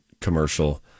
commercial